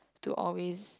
to always